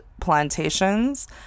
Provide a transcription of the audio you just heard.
plantations